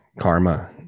karma